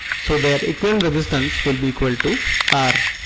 so, their equivalent resistance will be equal to r.